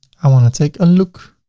i want to take a look.